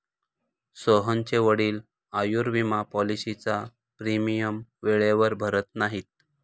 सोहनचे वडील आयुर्विमा पॉलिसीचा प्रीमियम वेळेवर भरत नाहीत